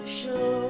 show